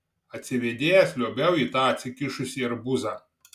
atsivėdėjęs liuobiau į tą atsikišusį arbūzą